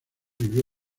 vivió